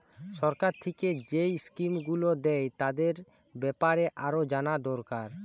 সরকার থিকে যেই স্কিম গুলো দ্যায় তাদের বেপারে আরো জানা দোরকার